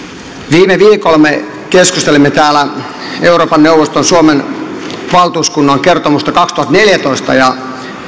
viime viikolla me keskustelimme täällä euroopan neuvoston suomen valtuuskunnan kertomuksesta kaksituhattaneljätoista ja